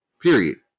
Period